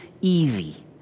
easy